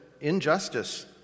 injustice